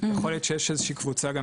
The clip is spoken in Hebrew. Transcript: יכול להיות שיש איזו שהיא קבוצה של